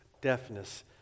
deafness